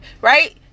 right